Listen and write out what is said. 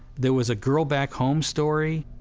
there was a girl back home story.